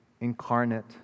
incarnate